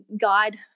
guide